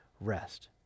rest